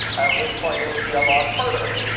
at which point it would be a lot harder.